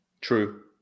True